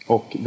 Och